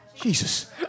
Jesus